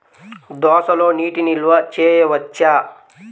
దోసలో నీటి నిల్వ చేయవచ్చా?